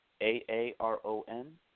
A-A-R-O-N